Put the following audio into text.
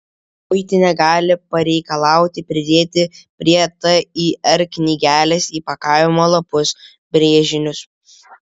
muitinė gali pareikalauti pridėti prie tir knygelės įpakavimo lapus brėžinius